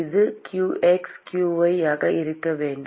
இது qx qy ஆக இருக்க வேண்டும்